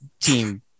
team